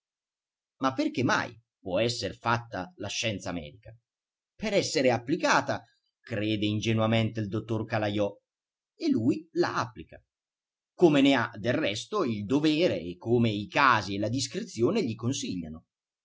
ma perché mai può esser fatta la scienza medica per essere applicata crede ingenuamente il dottor calajò e lui la applica come ne ha del resto il dovere e come i casi e la discrezione gli consigliano